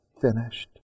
finished